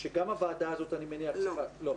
שגם הוועדה הזאת אני מניח צריכה --- לא.